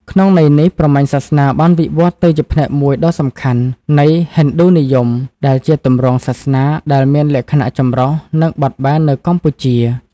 ក្នុងន័យនេះ ព្រហ្មញ្ញសាសនាបានវិវឌ្ឍន៍ទៅជាផ្នែកមួយដ៏សំខាន់នៃ ហិណ្ឌូនិយម ដែលជាទម្រង់សាសនាដែលមានលក្ខណៈចម្រុះ និងបត់បែននៅកម្ពុជា។